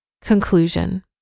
Conclusion